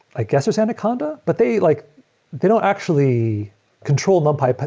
i guess there's anaconda, but they like they don't actually control numpy,